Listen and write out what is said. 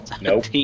Nope